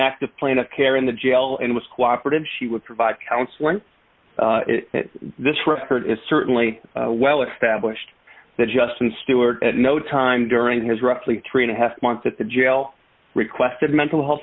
active plan of care in the jail and was cooperative she would provide counseling this record is certainly well established that justin stewart at no time during his roughly three and a half months at the jail requested mental health